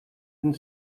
and